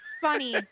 funny